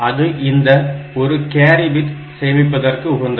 அது இந்த ஒரு கேரி பிட் சேமிப்பதற்கு உகந்தது